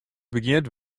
begjint